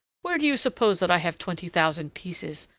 where do you suppose that i have twenty thousand pieces?